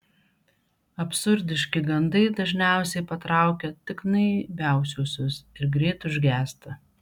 absurdiški gandai dažniausiai patraukia tik naiviausiuosius ir greit užgęsta